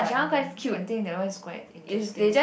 time then I think that one is quite interesting